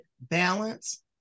balance